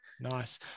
nice